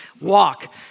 Walk